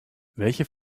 welche